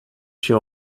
się